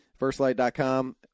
firstlight.com